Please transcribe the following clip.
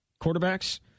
quarterbacks